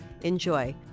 Enjoy